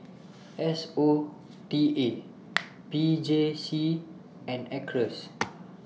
S O T A P J C and Acres